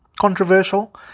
controversial